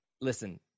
listen